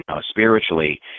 spiritually